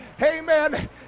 amen